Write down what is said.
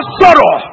sorrow